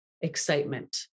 excitement